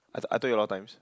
I I told you a lot of times